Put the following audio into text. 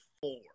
four